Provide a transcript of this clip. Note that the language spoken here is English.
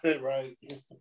Right